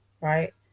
right